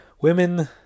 Women